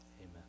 Amen